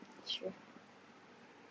sure